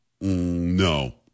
No